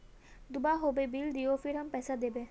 दूबा होबे बिल दियो फिर हम पैसा देबे?